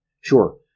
Sure